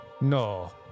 No